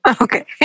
Okay